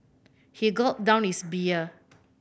he gulped down his beer